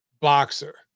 boxer